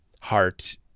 heart